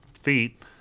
feet